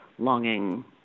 longing